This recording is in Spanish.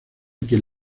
quien